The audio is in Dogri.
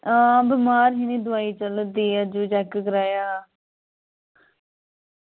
हां बमार ही मी दोआई चला दी ऐ अज्ज बी चैक कराया